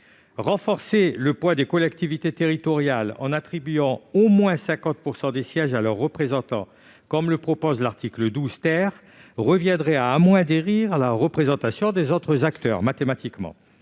Renforcer le poids des collectivités territoriales en attribuant au moins 50 % des sièges à leurs représentants, comme le prévoit l'article 12 , reviendrait mathématiquement à amoindrir la représentation des autres acteurs, qui pourraient